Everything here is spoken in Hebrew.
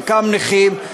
חלקם נכים,